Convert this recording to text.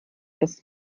dass